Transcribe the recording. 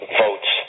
votes